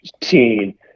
teen